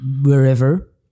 wherever